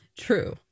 True